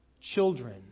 children